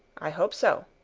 i hope so.